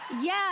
yes